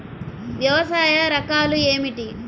వ్యవసాయ రకాలు ఏమిటి?